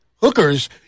hookers